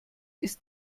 ist